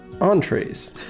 Entrees